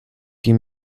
die